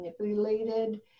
manipulated